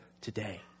today